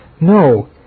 No